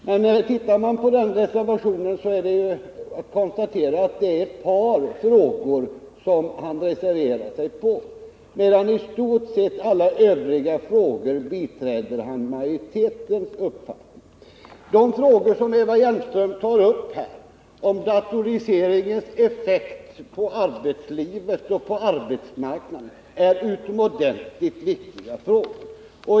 Men ser man på den reservationen, så kan man konstatera att han har reserverat sig när det gäller ett par frågor medan han i stort sett när det gäller alla övriga frågor biträder majoritetens uppfattning. De frågor som Eva Hjelmström här tar upp — om datoriseringens effekt på arbetslivet och på arbetsmarknaden — är utomordentligt viktiga.